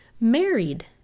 married